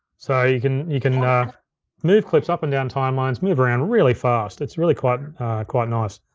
so you can you can move clips up and down timelines, move around really fast, it's really quite and quite nice.